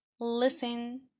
listen